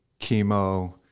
chemo